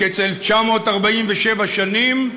מקץ 1,947 שנים,